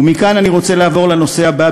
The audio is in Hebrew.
ומכאן אני רוצה לעבור לנושא הבא,